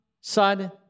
Son